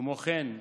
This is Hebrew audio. כמו כן,